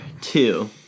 two